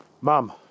Mom